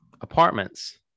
apartments